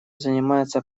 занимается